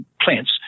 plants